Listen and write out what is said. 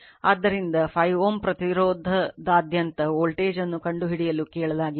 ಆದ್ದರಿಂದ 5 Ω ಪ್ರತಿರೋಧದಾದ್ಯಂತ ವೋಲ್ಟೇಜ್ ಅನ್ನು ಕಂಡುಹಿಡಿಯಲು ಕೇಳಲಾಗಿದೆ